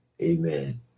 Amen